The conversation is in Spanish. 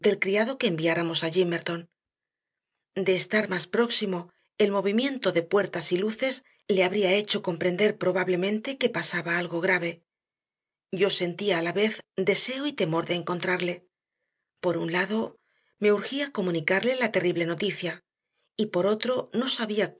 criado que enviáramos a gimmerton de estar más próximo el movimiento de puertas y luces le habría hecho comprender probablemente que pasaba algo grave yo sentía a la vez deseo y temor de encontrarle por un lado me urgía comunicarle la terrible noticia y por otro no sabía